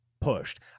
pushed